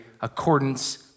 accordance